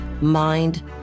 mind